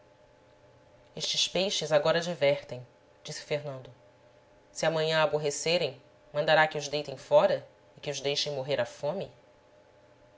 estes peixes agora a divertem disse fernando se amanhã a aborrecerem mandará que os deitem fora e que os deixem morrer à fome